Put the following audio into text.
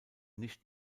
nicht